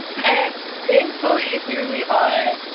and thankfully, here we are!